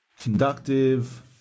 conductive